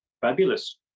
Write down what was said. Fabulous